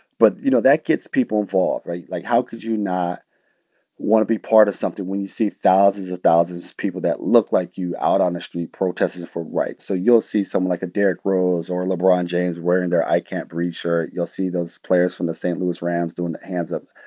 but, you know, that gets people involved, right? like, how could you not want to be part of something when you see thousands of thousands people that look like you out on the street protesting for rights? so you'll see something like a derrick rose or a lebron james wearing their i can't breathe shirt. you'll see those players from the st. louis rams doing the hands up,